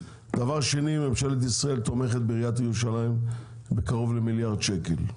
דבר שני ממשלת ישראל תומכת בעיריית ירושלים בקרוב למיליארד שקל,